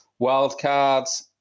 Wildcards